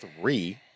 three